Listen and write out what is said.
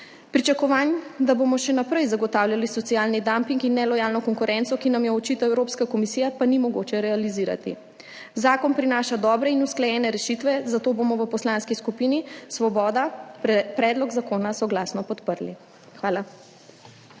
Pričakovanj, da bomo še naprej zagotavljali socialni dumping in nelojalno konkurenco, ki nam jo očita Evropska komisija, pa ni mogoče realizirati. Zakon prinaša dobre in usklajene rešitve, zato bomo v Poslanski skupini Svoboda predlog zakona soglasno podprli. Hvala.